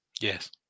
Yes